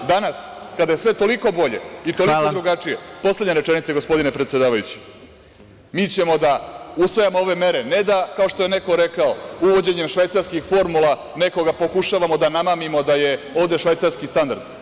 Danas, kada je sve toliko bolje i toliko drugačije… (Predsedavajući: Hvala.) Poslednja rečenica, gospodine predsedavajući, mi ćemo da usvajamo ove mere, ne da, kao što je neko rekao, uvođenjem švajcarskih formula nekoga pokušavamo da namamimo da je ovde švajcarski standard.